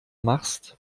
machst